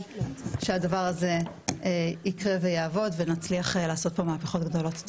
שהדבר הזה יקרה ויעבוד ונצליח לעשות פה מהפכות גדולות.